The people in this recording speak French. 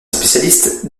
spécialiste